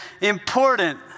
important